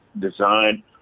design